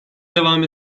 devam